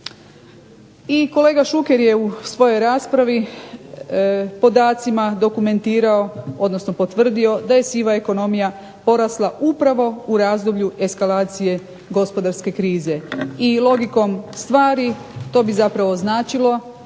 I kolega Šuker je u svojoj raspravi podacima dokumentirao, odnosno potvrdio da je siva ekonomija porasla upravo u razdoblju eskalacije gospodarske krize. I logikom stvari to bi zapravo značilo